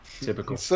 Typical